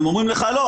הם אומרים: לא,